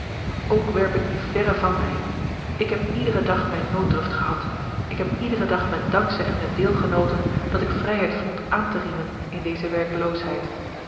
ook werp ik die verre van mij ik heb iederen dag mijne nooddruft gehad ik heb iederen dag met dankzegging het deel genoten dat ik vrijheid vond aan te nemen in deze werkeloosheid